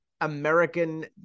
American